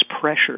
pressure